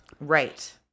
Right